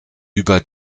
über